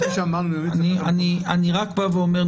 --- כפי שאמרנו --- אני רק בא ואומר: